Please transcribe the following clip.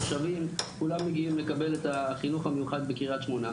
מושבים כולם מגיעים לקבל את החינוך המיוחד בקריית שמונה,